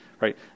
right